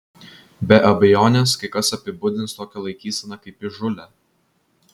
be abejonės kai kas apibūdins tokią laikyseną kaip įžūlią